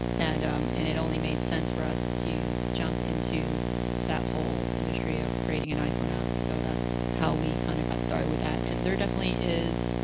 and um and it only made sense for us to jump into that whole industry of creating an iphone app, so that's how we kind of got started with that. and there definitely is